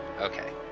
Okay